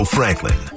Franklin